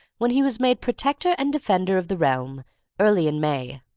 when he was made protector and defender of the realm early in may.